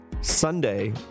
Sunday